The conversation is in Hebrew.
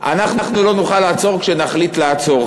אנחנו לא נוכל לעצור כשנחליט לעצור.